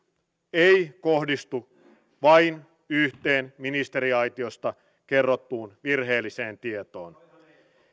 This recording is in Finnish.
ei kohdistu vain yhteen ministeriaitiosta kerrottuun virheelliseen tietoon